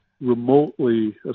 remotely